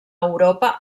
europa